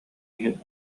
иһин